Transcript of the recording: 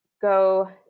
go